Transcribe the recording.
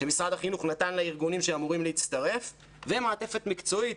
שמשרד החינוך נתן לארגונים שאמורים להצטרף ומעטפת מקצועי,